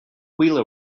wheeler